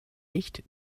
nicht